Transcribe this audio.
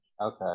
Okay